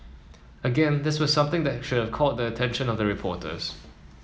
again this was something that should have caught the attention of the reporters